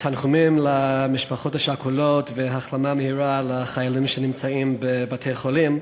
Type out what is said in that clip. תנחומים למשפחות השכולות והחלמה מהירה לחיילים שנמצאים בבתי-חולים.